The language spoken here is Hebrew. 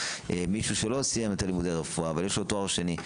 מישהו שלא סיים לימודי רפואה ויש לו תואר שני.